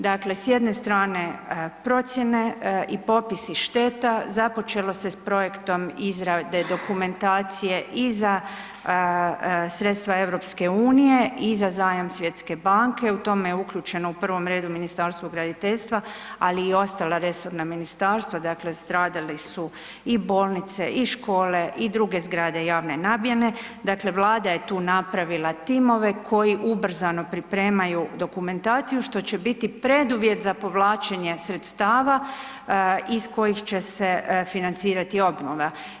Dakle s jedne strane procjene i popisi šteta, započelo se s projektom izrade dokumentacije i za sredstva EU i za zajam Svjetske banke, u tome je uključeno u prvom redu Ministarstvo graditeljstva, ali i ostala resorna ministarstva, dakle stradali su i bolnice i škole i druge zgrade javne namjene, dakle Vlada je tu napravila timove koji ubrzano pripremaju dokumentaciju što će biti preduvjet za povlačenje sredstava iz kojih će se financirati obnova.